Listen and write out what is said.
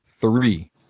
Three